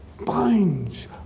binds